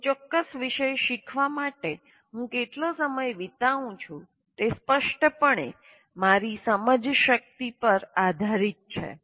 કોઈ ચોક્કસ વિષય શીખવા માટે હું કેટલો સમય વિતાવુ છું તે સ્પષ્ટપણે મારી સમજશક્તિ પર આધારિત છે